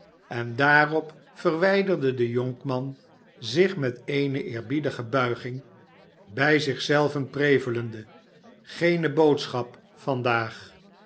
en daarop verwijderde de jonkman zich met eene eerbiedige buiging bij zich zelven prevelende geene boodschap